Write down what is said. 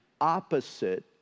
opposite